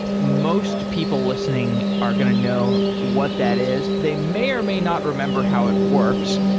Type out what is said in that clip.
most people listening are going to know what that is. they may or may not remember how it works,